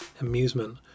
amusement